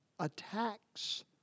Attacks